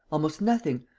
almost nothing.